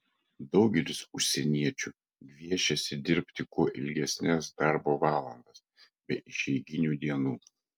daugelis užsieniečių gviešiasi dirbti kuo ilgesnes darbo valandas be išeiginių dienų